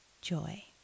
joy